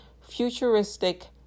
futuristic